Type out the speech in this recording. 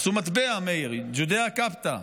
עשו מטבע, מאיר, Judaea Capta.